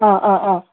ꯑꯥ ꯑꯥ ꯑꯥ